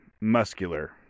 muscular